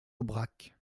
aubrac